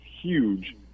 huge